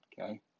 Okay